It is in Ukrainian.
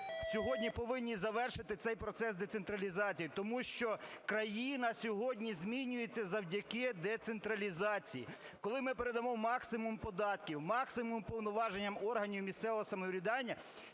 сьогодні повинні завершити цей процес децентралізації, тому що країна сьогодні змінюється завдяки децентралізації, коли ми передамо максимум податків, максимум повноважень органам місцевого самоврядування,